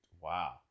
wow